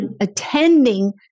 attending